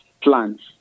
plants